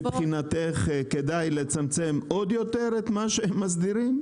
מבחינתך כדאי לצמצם עוד יותר את מה שהם מסדירים?